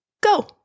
go